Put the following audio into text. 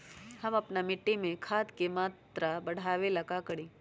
हम अपना मिट्टी में खाद के मात्रा बढ़ा वे ला का करी?